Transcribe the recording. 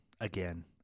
again